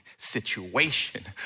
Situation